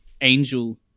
angel